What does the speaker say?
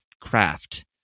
craft